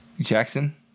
Jackson